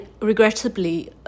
regrettably